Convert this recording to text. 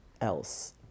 else